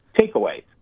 takeaways